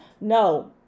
No